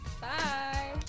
Bye